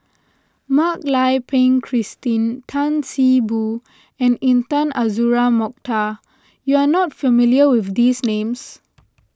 Mak Lai Peng Christine Tan See Boo and Intan Azura Mokhtar you are not familiar with these names